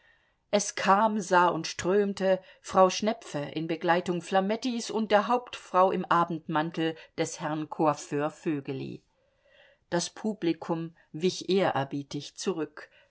es kam sah und strömte frau schnepfe in begleitung flamettis und der hauptfrau im abendmantel des herrn coiffeurs voegeli das publikum wich ehrerbietig zurück